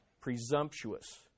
Presumptuous